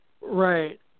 Right